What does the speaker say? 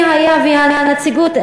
זה לא מעניין אותי מי היה והנציגות.